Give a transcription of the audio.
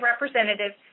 representatives